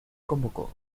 convocó